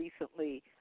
recently